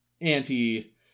anti